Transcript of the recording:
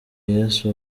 yesu